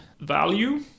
value